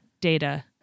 data